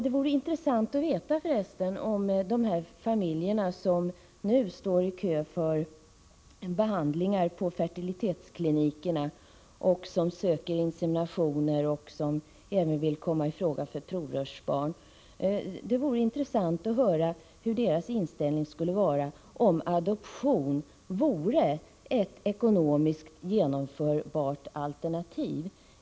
Det vore intressant att veta vilken inställning de familjer som nu står i kö för behandlingar på fertilitetskliniker, eller som söker insemination och även vill komma i fråga för provrörsbarn skulle ha om adoption vore ett ekonomiskt genomförbart alternativ.